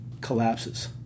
collapses